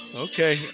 Okay